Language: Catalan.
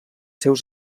seus